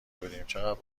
بودیم، چقد